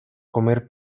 comer